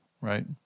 right